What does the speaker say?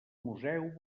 museu